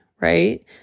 right